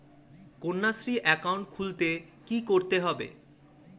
Kanyashree account খুলতে কী করতে হবে?